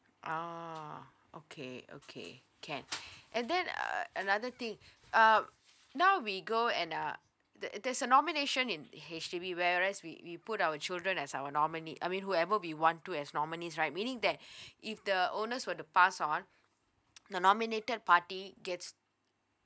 oh okay okay can and then uh another thing uh now we go and uh t~ there's a nomination in H_D_B whereas we we put our children as our nominate I mean whoever we want to as nominees right meaning that if the owners were the pass on the nominated party gets